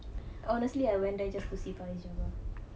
honestly I went there just to see fariz jabba